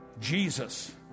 Jesus